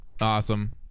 Awesome